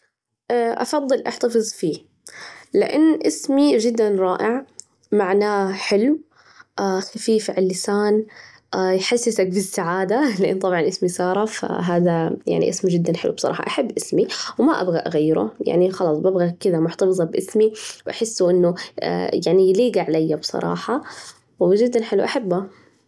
أفضل احتفظ فيه لأن إسمي جداً رائع، معناه حلو، خفيف على اللسان، يحسسك بالسعادة، لأن طبعا إسمي سارة، فهذا يعني اسمي جداً حلو بصراحة، أحب اسمي وما أبغى أغيره، يعني خلاص ببغى كذا محتفظة باسمي و أحسه إنه يعني يليج علي بصراحة، وجدا حلو أحبّه.